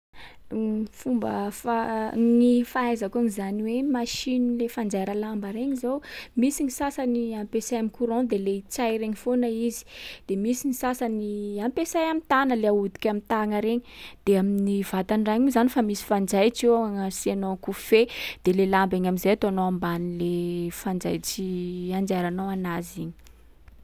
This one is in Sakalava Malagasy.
Fomba fa- gny fahaizako an’zany hoe machine le fanajaira lamba regny zao, misy ny sasany ampesay am'courant, de le itsay regny foana izy. De misy ny sasany ampesay am'tàna le ahodiky am'tana regny. De amin’ny vatan’ny raha iny moa zany fa misy fanjaitry eo agnasiànao kofehy, de le lamba iny am’zay ataonao ambanin’le fanjaitsy anjairanao anazy iny.